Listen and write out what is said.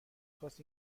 خواست